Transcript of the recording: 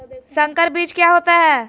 संकर बीज क्या होता है?